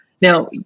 now